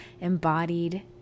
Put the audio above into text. embodied